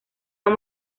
han